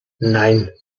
nein